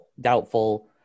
doubtful